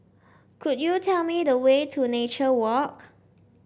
could you tell me the way to Nature Walk